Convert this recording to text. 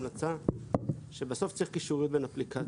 הייתה המלצה שבסוף צריך קישוריות בין אפליקציות.